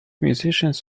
musicians